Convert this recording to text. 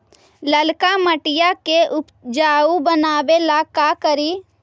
लालका मिट्टियां के उपजाऊ बनावे ला का करी?